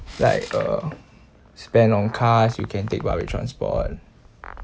like uh spend on cars you can take public transport